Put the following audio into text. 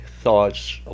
thoughts